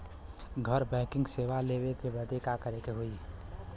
घर बैकिंग सेवा लेवे बदे का करे के होई?